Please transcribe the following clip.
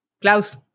Klaus